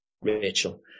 Rachel